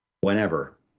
whenever